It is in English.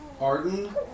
Arden